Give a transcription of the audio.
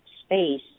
space